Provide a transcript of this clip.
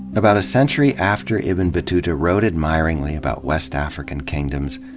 about a century after ibn battuta wrote admiringly about west african kingdoms,